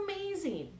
amazing